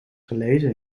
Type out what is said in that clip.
gelezen